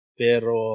pero